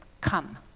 come